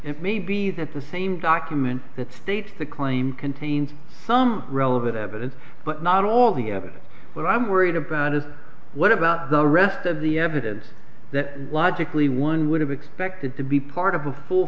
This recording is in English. it may be that the same document that states the claim contains some relevant evidence but not all the evidence what i'm worried about is what about the rest of the evidence that logically one would have expected to be part of a full